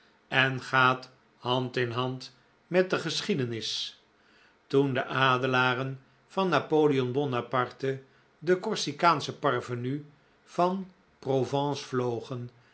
en gaat hand in hand met de geschiedenis toen de adelaren van napoleon bonaparte den corsikaanschen parvenu van v p provence vlogen